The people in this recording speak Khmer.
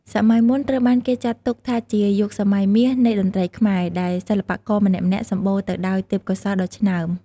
សម័យមុនត្រូវបានគេចាត់ទុកថាជាយុគសម័យមាសនៃតន្ត្រីខ្មែរ ដែលសិល្បករម្នាក់ៗសម្បូរទៅដោយទេពកោសល្យដ៏ឆ្នើម។